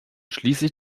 schließlich